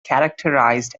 characterized